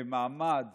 ומעמד